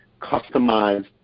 customized